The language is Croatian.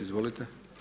Izvolite.